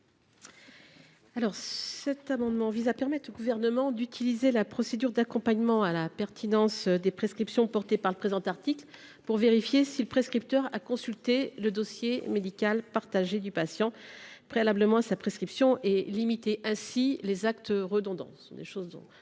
présent amendement vise à permettre au Gouvernement d’utiliser la procédure d’accompagnement à la pertinence des prescriptions introduite par le présent article pour vérifier si le prescripteur a consulté le dossier médical partagé (DMP) du patient préalablement à sa prescription et limiter ainsi les actes redondants.